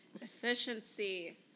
Efficiency